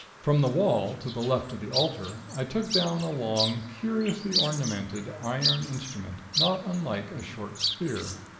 from the wall to the left of the altar i took down a long, curiously ornamented, iron instrument, not unlike a short spear.